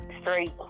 straight